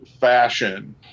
fashion